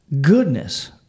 goodness